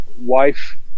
wife